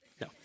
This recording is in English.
No